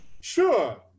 Sure